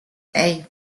hey